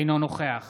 אינו נוכח